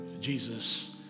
Jesus